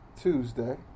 Tuesday